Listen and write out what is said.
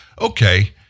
okay